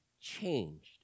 changed